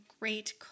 great